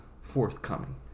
forthcoming